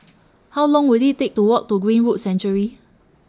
How Long Will IT Take to Walk to Greenwood Sanctuary